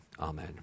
Amen